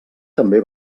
també